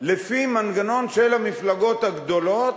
לפי מנגנון של המפלגות הגדולות.